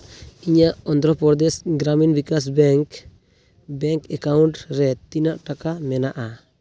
ᱤᱧᱟᱹᱜ Andhra Pradesh Gramin Vikas bank account ᱨᱮ ᱛᱤᱱᱟᱹᱜ ᱴᱟᱠᱟ ᱢᱮᱱᱟᱜᱼᱟ